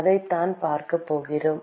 அதைத்தான் பார்க்கப் போகிறோம்